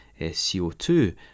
CO2